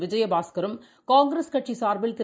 விஜயபாஸ்கரும் காங்கிரஸ் கட்சிசார்பில் திரு